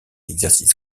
exercices